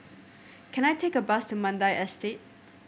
can I take a bus to Mandai Estate